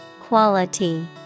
Quality